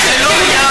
זה לא היה.